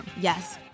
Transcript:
Yes